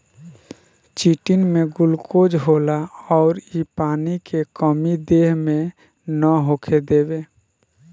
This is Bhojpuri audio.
चिटिन में गुलकोज होला अउर इ पानी के कमी देह मे ना होखे देवे